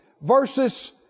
versus